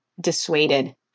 dissuaded